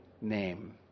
name